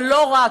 אבל לא רק,